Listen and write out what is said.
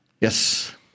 yes